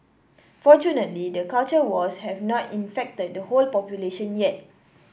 fortunately the culture wars have not infected the whole population yet